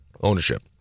ownership